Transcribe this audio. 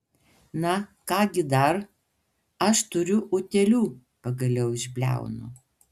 na ką gi dar aš turiu utėlių pagaliau išbliaunu